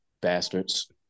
bastards